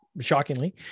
shockingly